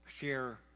share